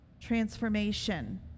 transformation